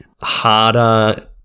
harder